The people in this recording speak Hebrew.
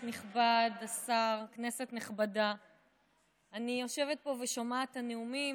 אני יושבת פה ושומעת את הנאומים,